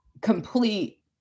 complete